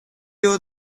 you